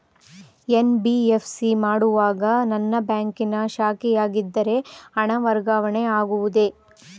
NBFC ಮಾಡುವಾಗ ನನ್ನ ಬ್ಯಾಂಕಿನ ಶಾಖೆಯಾಗಿದ್ದರೆ ಹಣ ವರ್ಗಾವಣೆ ಆಗುವುದೇ?